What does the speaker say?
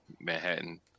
Manhattan